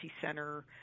center